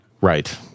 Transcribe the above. right